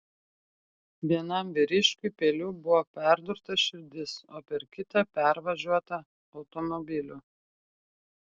vienam vyriškiui peiliu buvo perdurta širdis o per kitą pervažiuota automobiliu